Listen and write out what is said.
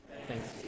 Thanks